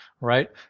right